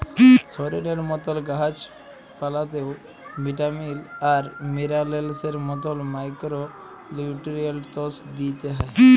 শরীরের মতল গাহাচ পালাতেও ভিটামিল আর মিলারেলসের মতল মাইক্রো লিউট্রিয়েল্টস দিইতে হ্যয়